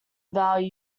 value